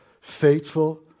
faithful